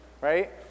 Right